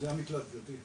זה המקלט, גברתי.